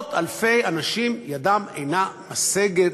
מאות אלפי אנשים ידם אינה משגת,